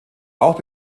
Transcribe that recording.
auch